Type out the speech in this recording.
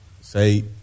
say